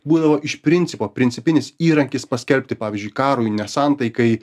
būdavo iš principo principinis įrankis paskelbti pavyzdžiui karui nesantaikai